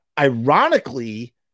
ironically